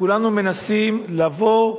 וכולנו מנסים לבוא